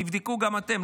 תבדקו גם אתם,